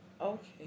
Okay